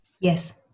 Yes